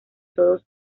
todo